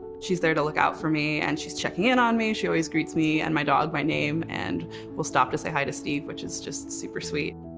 she's there to look out for me and she's checking in on me, she always greets me and my dog by name, and will stop to say hi to steve which is just super sweet.